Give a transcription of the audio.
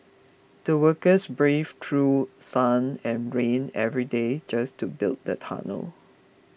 the workers braved through sun and rain every day just to build the tunnel